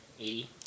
eighty